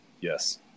Yes